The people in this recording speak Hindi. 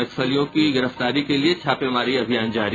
नक्सलियों की गिरफ्तारी के लिये छापेमारी अभियान जारी